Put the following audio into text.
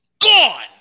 Gone